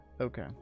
Okay